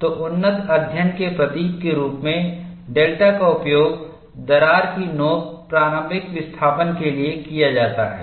तो उन्नत अध्ययन के प्रतीक के रूप में डेल्टा का उपयोग दरार की नोक प्रारंभिक विस्थापन के लिए किया जाता है